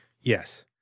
yes